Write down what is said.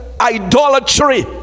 idolatry